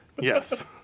Yes